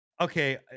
okay